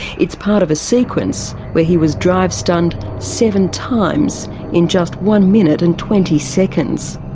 it's part of a sequence where he was drive-stunned seven times in just one minute and twenty seconds.